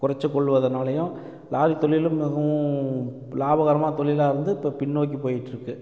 குறைச்சி கொள்வதனாலேயும் லாரி தொழில் மிகவும் லாபகராமான தொழிலாக இருந்து இப்போ பின்னோக்கி போயிட்டுருக்குது